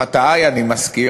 את חטאי אני מזכיר,